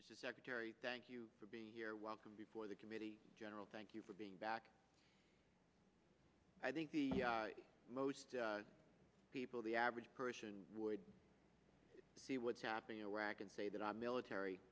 kopper secretary thank you for being here welcome before the committee general thank you for being back i think most people the average person would see what's happening in iraq and say that i'm military